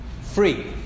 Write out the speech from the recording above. free